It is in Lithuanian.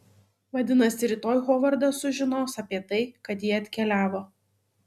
vadinasi rytoj hovardas sužinos apie tai kad ji atkeliavo